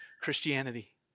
Christianity